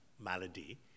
malady